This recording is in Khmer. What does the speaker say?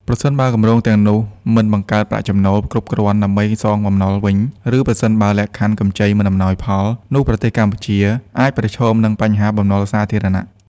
ប្រសិនបើគម្រោងទាំងនោះមិនបង្កើតប្រាក់ចំណូលគ្រប់គ្រាន់ដើម្បីសងបំណុលវិញ ឬប្រសិនបើលក្ខខណ្ឌកម្ចីមិនអំណោយផល នោះប្រទេសកម្ពុជាអាចប្រឈមនឹងបញ្ហាបំណុលសាធារណៈ។